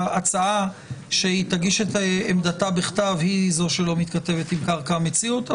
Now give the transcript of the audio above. ההצעה שהיא תגיש את עמדתה בכתב היא זו שלא מתכתבת עם קרקע המציאות.